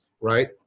right